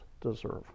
deserve